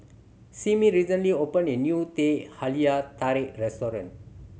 Simmie recently opened a new Teh Halia Tarik restaurant